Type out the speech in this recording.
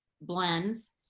blends